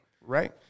Right